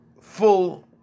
full